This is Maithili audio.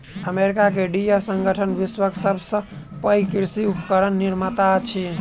अमेरिका के डियर संगठन विश्वक सभ सॅ पैघ कृषि उपकरण निर्माता अछि